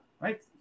right